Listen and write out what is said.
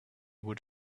would